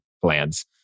plans